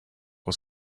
was